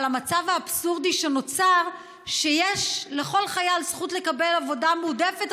אבל המצב האבסורדי שנוצר הוא שיש לכל חייל זכות לקבל עבודה מועדפת,